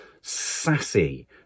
sassy